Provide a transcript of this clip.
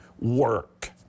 work